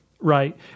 right